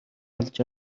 олж